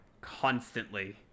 constantly